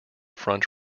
front